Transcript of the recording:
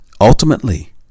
Ultimately